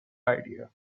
idea